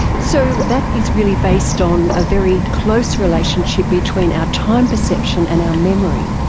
so that is really based on a very close relationship between our time perception and our memory.